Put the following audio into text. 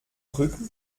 rücken